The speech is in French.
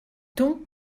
tons